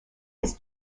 his